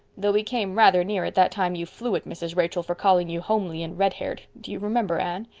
though we came rather near it that time you flew at mrs. rachel for calling you homely and redhaired. do you remember, anne?